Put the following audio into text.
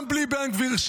גם בלי בן גביר,